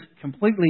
completely